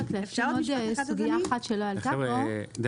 אפשר עוד משפט אחד, אדוני?